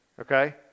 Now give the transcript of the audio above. Okay